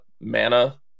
mana